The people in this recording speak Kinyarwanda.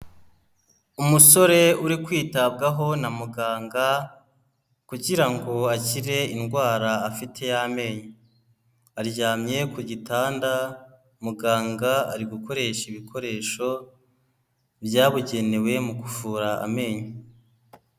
Umusore uri kwitabwaho na muganga kugira ngo akire indwara afite y'amenyo, aryamye ku gitanda, muganga ari gukoresha ibikoresho byabugenewe mu kuvura amenyo.